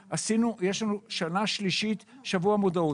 שנה שלישית יש לנו שבוע מודעות.